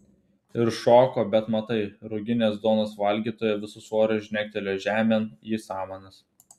ir šoko bet matai ruginės duonos valgytoja visu svoriu žnegtelėjo žemėn į samanas